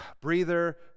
breather